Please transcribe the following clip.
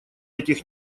этих